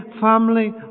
family